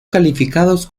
calificados